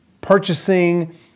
purchasing